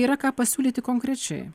yra ką pasiūlyti konkrečiai